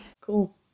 Cool